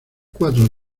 cuatro